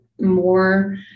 more